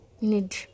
need